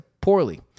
poorly